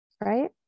right